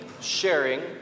sharing